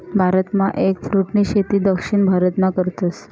भारतमा एगफ्रूटनी शेती दक्षिण भारतमा करतस